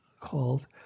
called